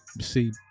See